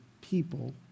people